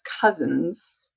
Cousins